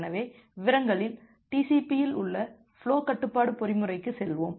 எனவே விவரங்களில் டிசிபி இல் உள்ள ஃபுலோ கட்டுப்பாட்டு பொறிமுறைக்கு செல்வோம்